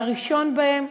והראשון בהם,